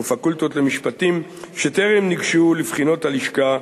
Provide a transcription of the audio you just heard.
פקולטות למשפטים שטרם ניגשו לבחינות הלשכה,